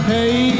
Hey